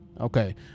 okay